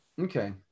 Okay